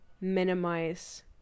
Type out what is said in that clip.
minimize